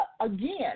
again